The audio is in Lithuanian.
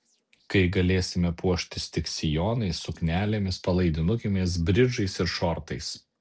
kai galėsime puoštis tik sijonais suknelėmis palaidinukėmis bridžais ir šortais